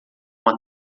uma